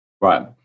Right